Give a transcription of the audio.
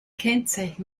kennzeichen